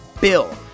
Bill